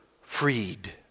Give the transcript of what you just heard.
freed